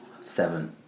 Seven